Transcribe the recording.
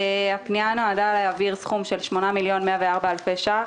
הפנייה נועדה להעביר סכום של 8,104 אלפי שקלים.